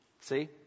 See